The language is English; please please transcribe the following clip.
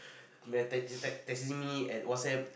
like text text texting me and WhatsApp